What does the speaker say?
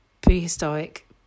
prehistoric